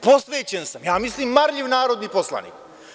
Posvećen sam, ja mislim marljiv narodni poslanik.